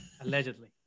Allegedly